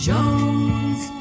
Jones